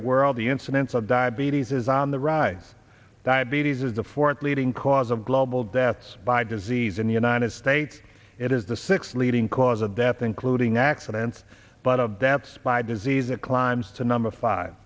the world the incidence of diabetes is on the rise diabetes is the fourth leading cause of global deaths by disease in the united states it is the sixth leading cause of death including accidents but of deaths by disease it climbs to number five